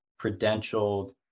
credentialed